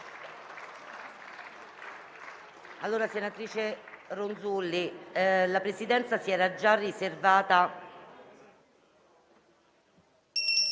Senatrice Ronzulli, la Presidenza si era già riservata